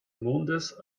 mondes